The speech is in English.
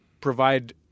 provide